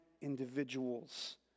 individuals